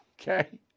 Okay